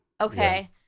Okay